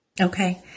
Okay